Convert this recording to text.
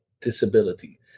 disability